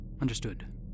Understood